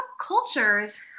cultures